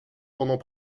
pendant